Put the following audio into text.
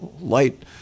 light